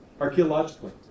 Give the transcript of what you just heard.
archaeologically